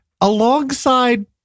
alongside